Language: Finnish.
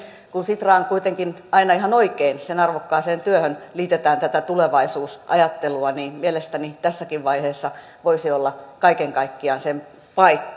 kun sitran arvokkaaseen työhön kuitenkin ihan oikein liitetään aina tätä tulevaisuusajattelua niin mielestäni tässäkin vaiheessa voisi olla kaiken kaikkiaan sen paikka